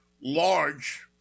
large